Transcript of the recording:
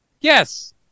Yes